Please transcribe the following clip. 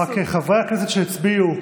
חברי הכנסת שהצביעו,